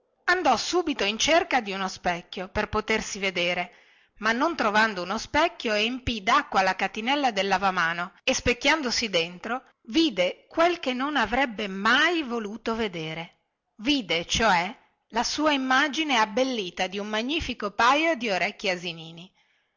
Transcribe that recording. andò subito in cerca di uno specchio per potersi vedere ma non trovando uno specchio empì dacqua la catinella del lavamano e specchiandovisi dentro vide quel che non avrebbe mai voluto vedere vide cioè la sua immagine abbellita di un magnifico paio di orecchi asinini